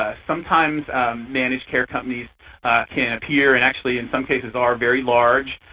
ah sometimes managed care companies can appear and actually in some cases are very large.